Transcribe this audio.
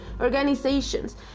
Organizations